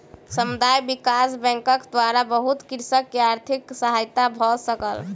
समुदाय विकास बैंकक द्वारा बहुत कृषक के आर्थिक सहायता भ सकल